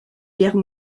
guerre